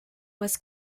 was